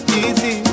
easy